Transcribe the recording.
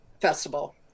festival